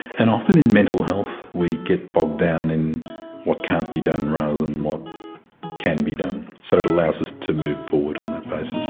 and often in mental health we get bogged down in what can't be done rather than what can be done so it allows us to move forward on that